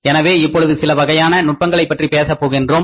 எனவே இப்பொழுது சில வகையான நுட்பங்களைப் பற்றி பேசப் போகின்றோம்